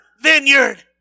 vineyard